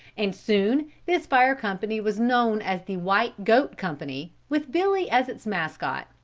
and soon this fire company was known as the white goat company, with billy as its mascot.